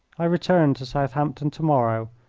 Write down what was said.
i return to southampton to-morrow,